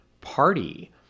party